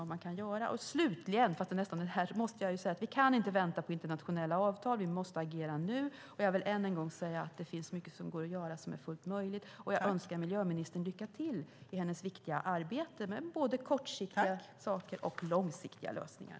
Vi kan inte vänta på internationella avtal. Vi måste agera nu. Jag vill än en gång säga att det finns mycket som är fullt möjligt att göra. Jag önskar miljöministern lycka till i hennes viktiga arbete med såväl kortsiktiga som långsiktiga lösningar.